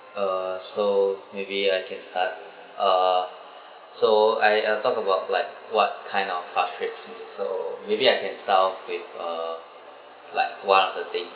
uh so maybe I can start uh so I I'll talk about like what kind of frustrates me so maybe I can start off with uh like what are the thing